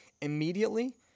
immediately